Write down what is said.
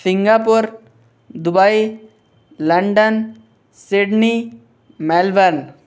Singapore Dubai London Sydney Melbourne